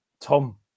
Tom